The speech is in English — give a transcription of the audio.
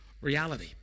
reality